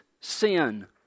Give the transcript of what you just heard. sin